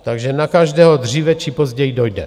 Takže na každého dříve či později dojde.